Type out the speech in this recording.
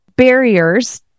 barriers